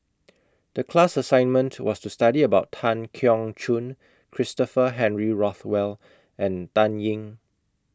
The class assignment was to study about Tan Keong Choon Christopher Henry Rothwell and Dan Ying